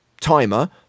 timer